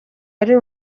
yari